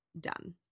done